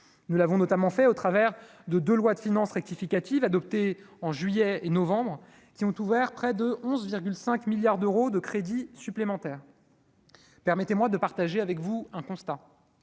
nous l'avons notamment fait au travers de de loi de finances rectificative adoptée en juillet et novembre qui ont ouvert près de 11,5 milliards d'euros de crédits supplémentaires, permettez-moi de partager avec vous, un constat